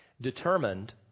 Determined